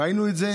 ראינו את זה